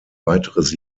weiteres